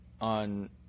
on